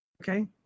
Okay